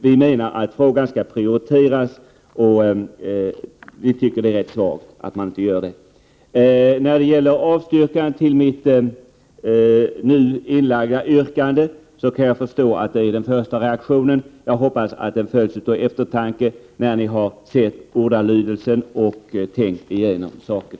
Vi menar att frågan skall prioriteras, och vi anser att det är svagt att så inte sker. Jag kan förstå att den första reaktionen på mitt särskilda yrkande var ett avslagsyrkande. Jag hoppas att denna reaktion följs av eftertanke från socialdemokraterna när de har läst det och tänkt igenom saken.